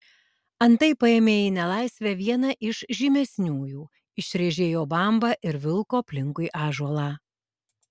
antai paėmė į nelaisvę vieną iš žymesniųjų išrėžė jo bambą ir vilko aplinkui ąžuolą